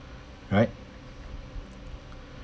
right